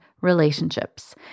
relationships